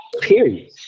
period